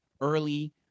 early